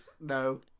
no